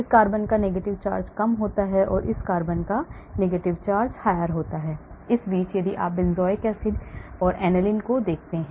इस कार्बन का negative charge कम होता है और इस carbon का higher negative charge होता है इस बीच और यदि आप benzoic acid and aniline देखते हैं